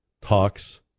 talks